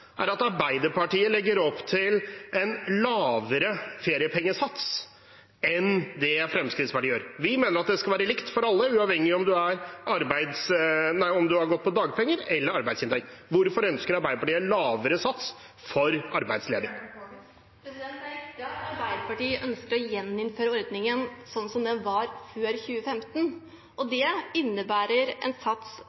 er at Arbeiderpartiet legger opp til en lavere feriepengesats enn det Fremskrittspartiet gjør. Vi mener at det skal være likt for alle, uavhengig av om man har gått på dagpenger, eller har arbeidsinntekt. Hvorfor ønsker Arbeiderpartiet en lavere sats for arbeidsledige? Det er riktig at Arbeiderpartiet ønsker å gjeninnføre ordningen sånn som den var før 2015, og